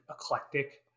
eclectic